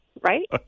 right